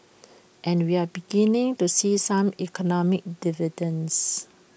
and we are beginning to see some economic dividends